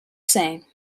same